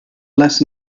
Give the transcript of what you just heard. less